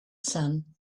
sun